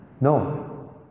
no